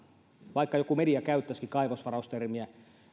vaikka joku media käyttäisikin kaivosvaraus termiä